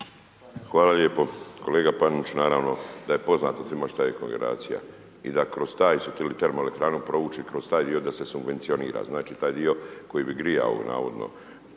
Hvala lijepo. Kolega Paneniću naravno da je poznato svima što je kogeneracija i da kroz taj .../Govornik se ne razumije./... prouči kroz taj dio da se subvencionira. Znači taj dio koji bi grijao navodno